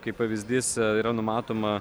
kaip pavyzdys yra numatoma